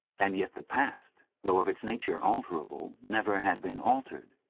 and yet the past, though of its nature alterable, never had been altered.